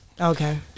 Okay